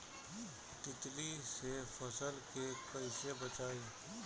तितली से फसल के कइसे बचाई?